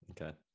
Okay